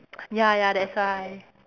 ya ya that's why